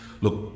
Look